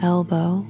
Elbow